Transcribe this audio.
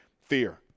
Fear